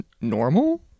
normal